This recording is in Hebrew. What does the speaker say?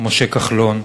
משה כחלון,